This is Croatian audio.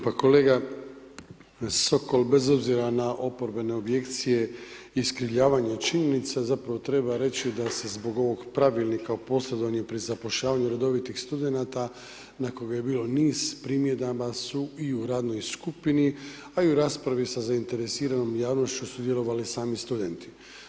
Pa kolega Sokol, bez obzira na oporbene objekcije i iskrivljavanju činjenica, zapravo treba reći da se zbog ovog Pravilnika o posredovanju pri zapošljavanju redovitih studenata na koga je bilo niz primjedaba su i u radnoj skupini a i u raspravi sa zainteresiranom javnošću sudjelovali sami studenti.